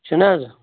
چھِنہٕ حظ